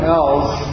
else